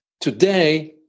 Today